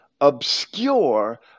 obscure